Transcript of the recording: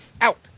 Out